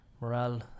morale